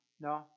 No